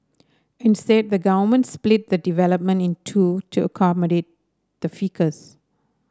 instead the government split the development in two to accommodate the ficus